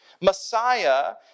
Messiah